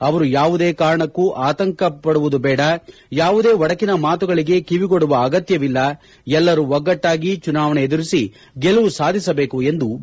ಅವರು ಯಾವುದೇ ಕಾರಣಕ್ಕೂ ಆತಂಕ ಬೇಡ ಯಾವುದೇ ಒಡಕಿನ ಮಾತುಗಳಿಗೆ ಕಿವಿಗೊಡುವ ಅಗತ್ಯವಿಲ್ಲ ಎಲ್ಲರೂ ಒಗ್ಗಟ್ಟಾಗಿ ಚುನಾವಣೆ ಎದುರಿಸಿ ಗೆಲುವು ಸಾಧಿಸಬೇಕು ಎಂದು ಬಿ